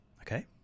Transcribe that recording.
Okay